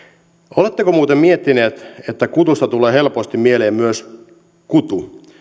oletteko muuten miettineet että kutusta tulee helposti mieleen myös kutu